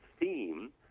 theme